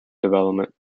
development